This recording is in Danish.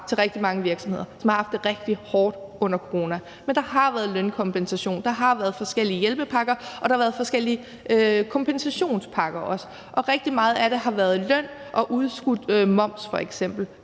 til rigtig mange virksomheder, som har haft det rigtig hårdt under coronaen. Men der har været lønkompensation, der har været forskellige hjælpepakker, og der har været forskellige kompensationspakker. Og rigtig meget af det har f.eks. været løn og udskudt moms. Der udskød